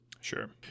Sure